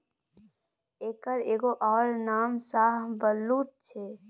एकर एगो अउर नाम शाहबलुत छै